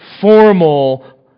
formal